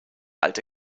alte